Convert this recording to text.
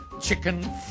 Chicken